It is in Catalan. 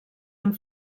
amb